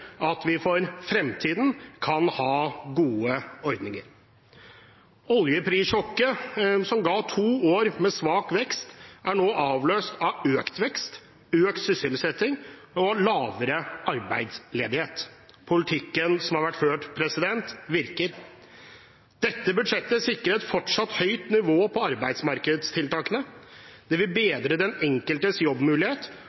at vi for fremtiden kan ha gode ordninger. Oljeprissjokket som ga to år med svak vekst, er nå avløst av økt vekst, økt sysselsetting og lavere arbeidsledighet. Politikken som har vært ført, virker. Dette budsjettet sikrer et fortsatt høyt nivå på arbeidsmarkedstiltakene, det vil